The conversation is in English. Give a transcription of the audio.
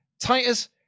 Titus